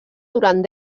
durant